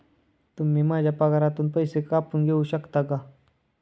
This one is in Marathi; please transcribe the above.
तुम्ही माझ्या पगारातून पैसे कापून घेऊ शकता का?